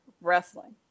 wrestling